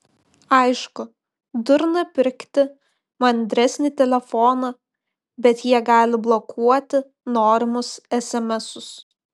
aišku durna pirkti mandresnį telefoną bet jie gali blokuoti norimus esemesus